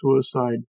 suicide